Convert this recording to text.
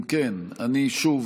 אם כן, שוב,